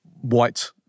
white